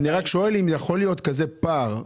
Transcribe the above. אני רק שואל אם יכול להיות כזה פער.